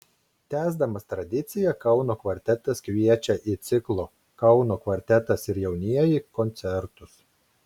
tęsdamas tradiciją kauno kvartetas kviečia į ciklo kauno kvartetas ir jaunieji koncertus